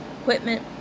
equipment